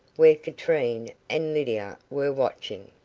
where katrine and lydia were watching.